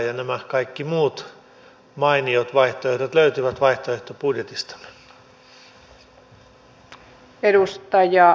ja nämä kaikki muut mainiot vaihtoehdot löytyvät vaihtoehtobudjetistamme